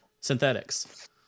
Synthetics